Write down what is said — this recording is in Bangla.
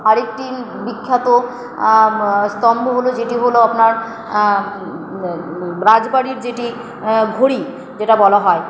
আরেকটি বিখ্যাত স্তম্ভ হল যেটি হল আপনার রাজবাড়ির যেটি ঘড়ি যেটা বলা হয়